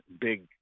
big